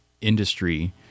Industry